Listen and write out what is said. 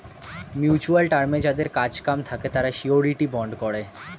mutual টার্মে যাদের কাজ কাম থাকে তারা শিউরিটি বন্ড করে